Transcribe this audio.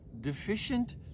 deficient